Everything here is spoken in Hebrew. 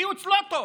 צייץ ציוץ לא טוב.